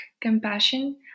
compassion